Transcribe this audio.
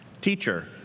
Teacher